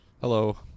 Hello